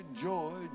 joy